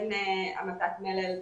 אין המעטת מלל,